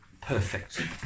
perfect